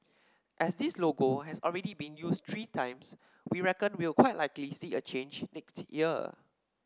as this logo has already been used three times we reckon we'll quite likely see a change next year